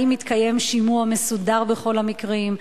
האם מתקיים שימוע מסודר בכל המקרים,